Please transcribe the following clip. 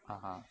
(uh huh)